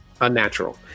unnatural